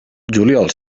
juliol